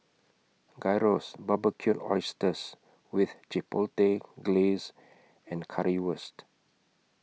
Gyros Barbecued Oysters with Chipotle Glaze and Currywurst